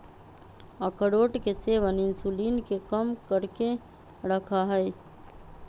अखरोट के सेवन इंसुलिन के कम करके रखा हई